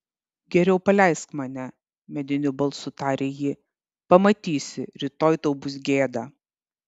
geriau paleisk mane mediniu balsu tarė ji pamatysi rytoj tau bus gėda